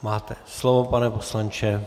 Máte slovo, pane poslanče.